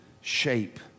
shape